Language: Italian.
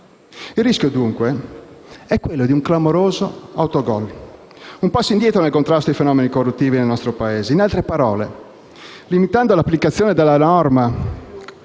Il rischio è dunque quello di un clamoroso autogol, di un passo indietro nel contrasto ai fenomeni corruttivi nel nostro Paese. In altre parole, limitando l'applicazione della norma